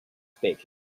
speaking